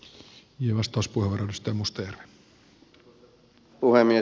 arvoisa puhemies